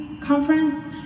conference